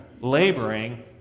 laboring